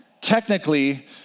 technically